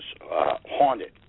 haunted